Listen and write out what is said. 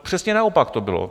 Přesně naopak to bylo.